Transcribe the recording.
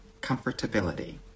comfortability